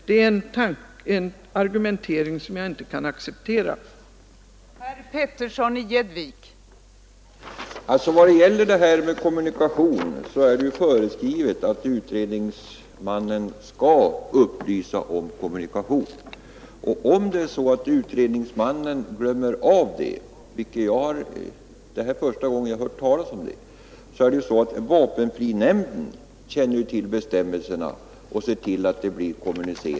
Det är en Torsdagen den argumentering som jag inte kan acceptera.